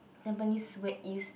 Tampines we~ East